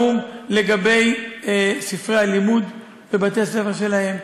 האו"ם לגבי ספרי הלימוד בבתי-הספר שלהם,